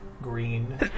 green